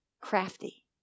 crafty